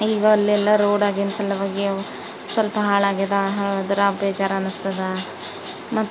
ಈಗ ಅಲ್ಲೆಲ್ಲ ರೋಡಾಗಿನ ಸಲುವಾಗಿ ಅವು ಸ್ವಲ್ಪ ಹಾಳಾಗ್ಯದ ಆದ್ರೆ ಬೇಜಾರ್ ಅನ್ನಿಸ್ತದ ಮತ್ತೆ